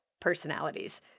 personalities